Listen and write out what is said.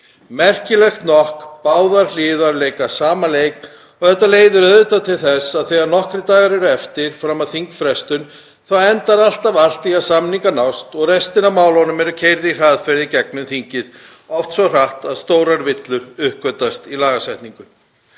merkilegt nokk. Báðar hliðar leika sama leik og þetta leiðir auðvitað til þess að þegar nokkrir dagar eru eftir fram að þingfrestun þá endar alltaf allt með því að samningar nást og restin af málunum er keyrð á hraðferð í gegnum þingið, oft svo hratt að stórar villur uppgötvast í lagasetningu.